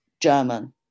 German